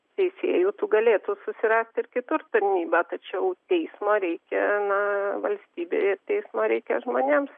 teisėjų tų galėtų susirasti ir kitur tarnybą tačiau teismo reikia na valstybei ir teismo reikia žmonėms